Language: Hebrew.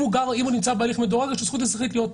אם הוא נמצא בהליך מדורג יש לו זכות להיות פה.